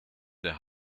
the